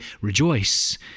Rejoice